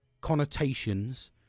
connotations